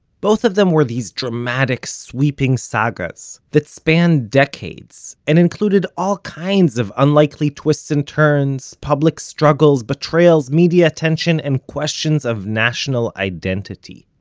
both of them were these dramatic sweeping sagas, that spanned decades and included all kinds of unlikely twists and turns, public struggles, betrayals, media attention and questions of national identity